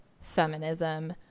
feminism